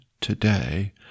today